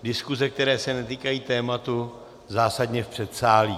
Diskuze, které se netýkají tématu, zásadně v předsálí.